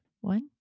one